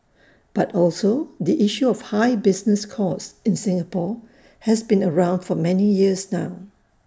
but also the issue of high business costs in Singapore has been around for many years now